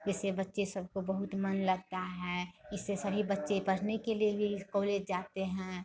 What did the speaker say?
जिससे बच्चे सबको बहुत मन लगता है इससे सभी बच्चे पढ़ने के लिए ये इस कॉलेज जाते हैं